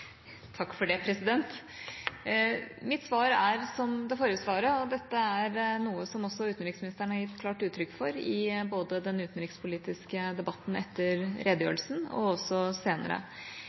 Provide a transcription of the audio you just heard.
Mitt svar er – som det forrige svaret – at dette er noe som også utenriksministeren har gitt klart uttrykk for, både i den utenrikspolitiske debatten etter redegjørelsen og også senere.